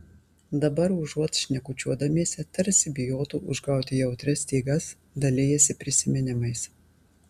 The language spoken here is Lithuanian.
dabar užuot šnekučiuodamiesi tarsi bijotų užgauti jautrias stygas dalijosi prisiminimais